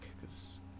cause